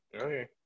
Okay